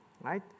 right